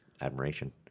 admiration